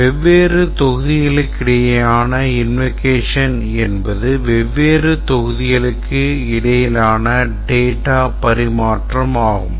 வெவ்வேறு தொகுதிகளுக்கிடையேயான invocation என்பது வெவ்வேறு தொகுதிகளுக்கு இடையிலான data பரிமாற்றம் ஆகும்